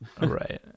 Right